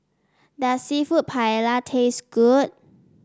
does seafood Paella taste good